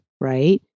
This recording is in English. right